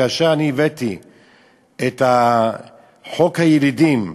כאשר אני הבאתי את חוק הילידים,